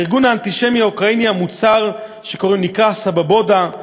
הארגון האנטישמי האוקראיני המוצהר שקרוי "סבובודה",